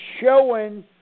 showing